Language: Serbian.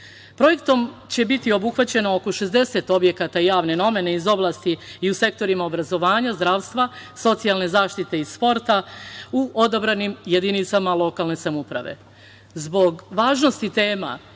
Projektom će biti obuhvaćeno oko 60 objekata javne namene iz oblasti i u sektorima obrazovanja, zdravstva, socijalne zaštite i sporta u odabranim jedinicama lokalne samouprave. Zbog